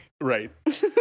right